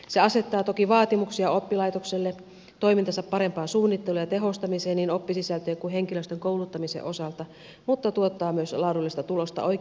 se asettaa toki vaatimuksia oppilaitokselle toimintansa parempaan suunnitteluun ja tehostamiseen niin oppisisältöjen kuin henkilöstön kouluttamisen osalta mutta tuottaa myös laadullista tulosta oikeaan suuntaan